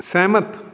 ਸਹਿਮਤ